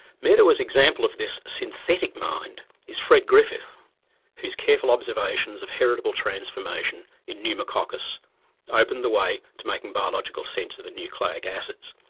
medawar's example of this synthetic mind is fred griffith whose careful observations of heritable transformation in pneumococcus opened the way to making biological sense of the nucleic acids.